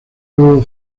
luego